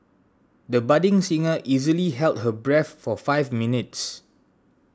the budding singer easily held her breath for five minutes